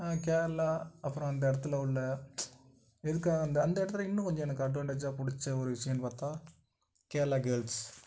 கேரளா அப்பறம் அந்த இடத்துல உள்ள எதுக்காக அந்த அந்த இடத்துல இன்னும் கொஞ்சம் எனக்கு அட்வான்டேஜாக பிடிச்ச ஒரு விஷயன்னு பார்த்தா கேரளா கேர்ள்ஸ்